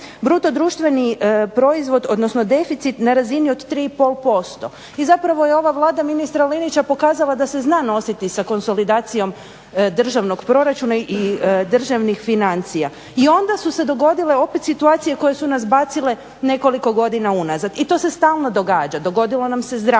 godine BDP odnosno deficit na razini od 3,5% i zapravo je ova Vlada ministra Linića pokazala da se zna nositi da konsolidacijom državnog proračuna i državnih financija. I onda su se dogodile opet situacije koje su nas bacile nekoliko godina unazad i to se stalno događa. Dogodilo nam se zdravstvo.